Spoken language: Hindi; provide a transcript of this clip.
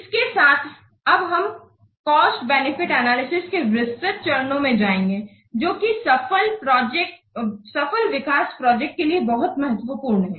इसके साथ अब हम कॉस्ट बेनिफिट एनालिसिस के विस्तृत चरणों में जाएंगे जो कि सफल विकास प्रोजेक्ट के लिए बहुत महत्वपूर्ण है